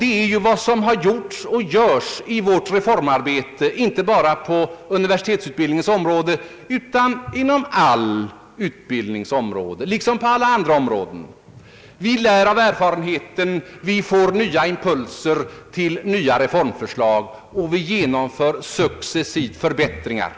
Det är också vad som har gjorts och görs i vårt reformarbete inte bara på universitetsutbildningens område utan inom alla andra utbildningsområden liksom på alla andra håll. Vi lär av erfarenheten, får nya impulser till reformförslag och genomför successivt förbättringar.